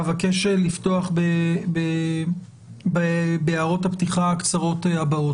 אבקש לפתוח בהערות הפתיחה הקצרות הבאות.